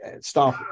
stop